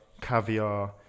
caviar